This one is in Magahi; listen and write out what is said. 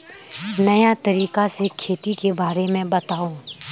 नया तरीका से खेती के बारे में बताऊं?